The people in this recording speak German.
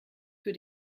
für